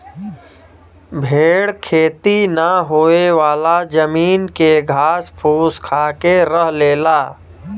भेड़ खेती ना होयेवाला जमीन के घास फूस खाके रह लेला